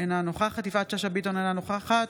אינה נוכחת יפעת שאשא ביטון, אינה נוכחת